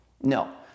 no